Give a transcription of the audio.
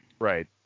Right